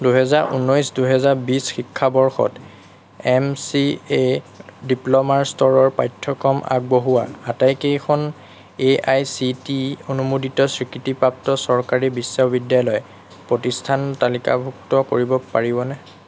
দুহেজাৰ ঊনৈছ দুহেজাৰ বিশ শিক্ষাবৰ্ষত এম চি এৰ ডিপ্ল'মা স্তৰৰ পাঠ্যক্ৰম আগবঢ়োৱা আটাইকেইখন A I C T E অনুমোদিত স্বীকৃতিপ্ৰাপ্ত চৰকাৰী বিশ্ববিদ্যালয় প্ৰতিষ্ঠান তালিকাভুক্ত কৰিব পাৰিবনে